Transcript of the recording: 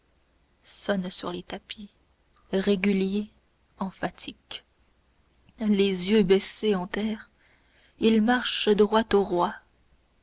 sonne sur les tapis régulier emphatique les yeux baissés en terre il marche droit au roi